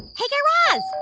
hey, guy raz.